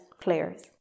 players